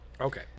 Okay